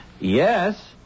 yes